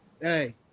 Hey